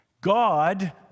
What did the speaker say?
God